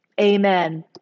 Amen